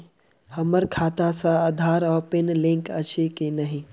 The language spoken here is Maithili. हम्मर खाता सऽ आधार आ पानि लिंक अछि की नहि?